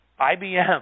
IBM